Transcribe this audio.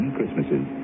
Christmases